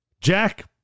Jack